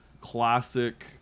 classic